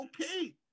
okay